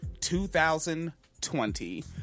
2020